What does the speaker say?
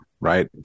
right